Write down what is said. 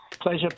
Pleasure